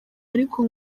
ariko